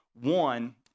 One